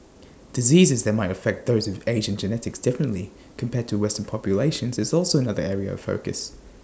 diseases that might affect those with Asian genetics differently compared to western populations is also another area of focus